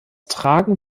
tragen